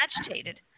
agitated